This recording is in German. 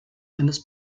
eines